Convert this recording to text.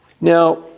Now